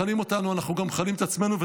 מכנים אותנו ואנחנו גם מכנים את עצמנו,